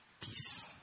Peace